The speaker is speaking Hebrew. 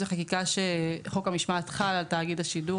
וחקיקה שחוק המשמעת חל על תאגיד השידור,